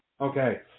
Okay